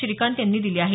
श्रीकांत यांनी दिले आहेत